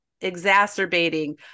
exacerbating